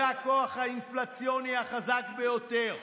זה הכוח האינפלציוני החזק ביותר.